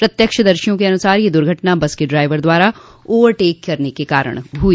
प्रत्यक्षदर्शियों के अनुसार यह दुर्घटना बस के ड्राइवर द्वारा ओवरटेक करने के कारण हुई